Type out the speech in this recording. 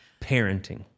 parenting